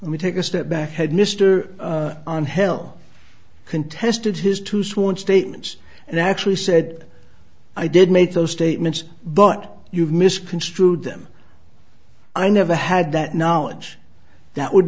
we take a step back had mr on hell contested his two sworn statements and actually said i did make those statements but you've misconstrued them i never had that knowledge that would